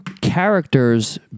characters